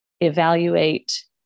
evaluate